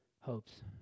hopes